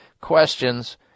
questions